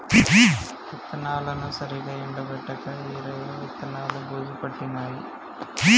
విత్తనాలను సరిగా ఎండపెట్టక ఈరయ్య విత్తనాలు బూజు పట్టినాయి